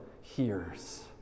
hears